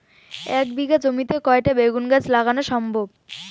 এক বিঘা জমিতে কয়টা বেগুন গাছ লাগানো সম্ভব?